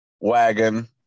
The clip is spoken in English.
wagon